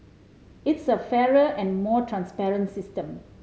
it's a fairer and more transparent system